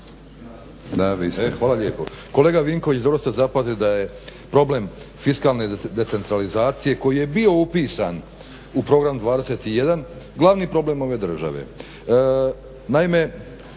a vi ste